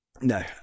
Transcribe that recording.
No